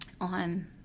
on